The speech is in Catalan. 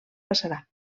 passarà